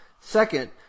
Second